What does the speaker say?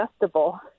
adjustable